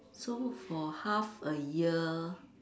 so for half a year